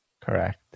Correct